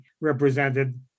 represented